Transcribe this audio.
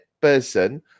person